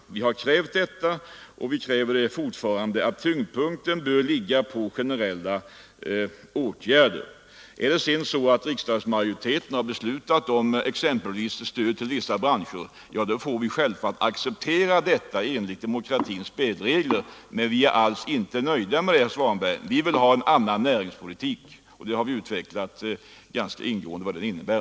Vi kräver fortfarande att tyngdpunkten skall ligga på generella åtgärder. Om sedan riksdagsmajoriteten har beslutat exempelvis stöd till vissa branscher, då får vi självfallet acceptera detta enligt demokratins spelregler, men vi är inte nöjda med det, herr Svanberg. Vi vill ha en annan näringspolitik, och vi har ingående utvecklat vad den innebär.